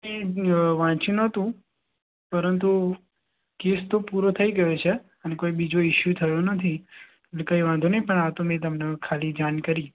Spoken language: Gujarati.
એ વાંચ્યું નહોતું પરંતુ કેસ તો પૂરો થઈ ગયો છે અને કોઈ બીજો ઇસ્યુ થયો નથી એટલે કંઈ વાંધો નહીં પણ આ તો મેં તમને ખાલી જાણ કરી